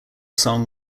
song